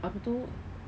apa tu